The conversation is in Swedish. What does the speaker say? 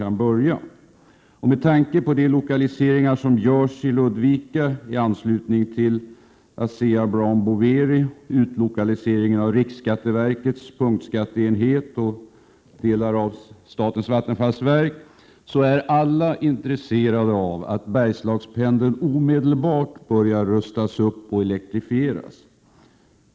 Mot bakgrund av de lokaliseringar till Ludvika som görs — ASEA-Brown Boveri, riksskatteverkets punktskatteenhet och delar av statens vattenfallsverk — är alla intresserade av att Bergslagspendeln omedelbart rustas upp och elektrifieras.